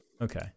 Okay